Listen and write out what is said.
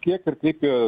kiek ir kaip jie